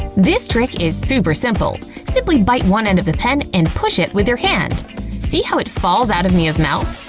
this trick is super simple simply bite one end of the pen and push it with your hand see how it falls out of mia's mouth